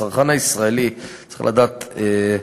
הצרכן הישראלי, צריך לדעת,